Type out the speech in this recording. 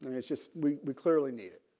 it's just we we clearly need